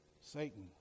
Satan